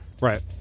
Right